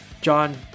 John